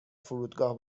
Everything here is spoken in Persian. فرودگاه